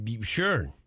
Sure